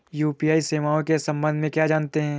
UPI सेवाओं के संबंध में क्या जानते हैं?